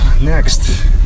next